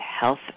Health